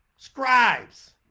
Scribes